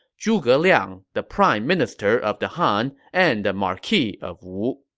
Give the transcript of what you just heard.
zhuge liang, the prime minister of the han and the marquis of wu.